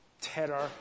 terror